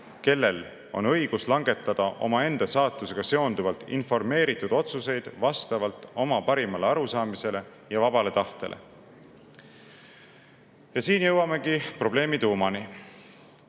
kellel on õigus langetada omaenda saatusega seonduvalt informeeritud otsuseid vastavalt oma parimale arusaamisele ja vabale tahtele. Ja siin jõuamegi probleemi tuumani.